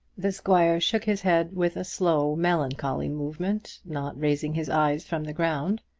the squire shook his head with a slow, melancholy movement, not raising his eyes from the ground.